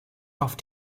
auf